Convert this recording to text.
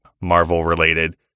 Marvel-related